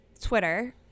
Twitter